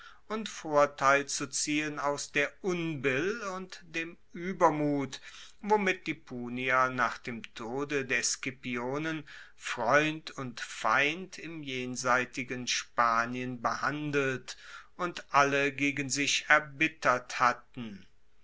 und vorteil zu ziehen aus der unbill und dem uebermut womit die punier nach dem tode der scipionen freund und feind im jenseitigen spanien behandelt und alle gegen sich erbittert hatten